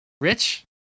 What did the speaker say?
Rich